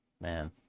man